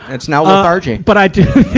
it's now lethargy. but i do,